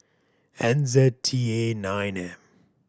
N Z T A nine M